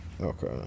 okay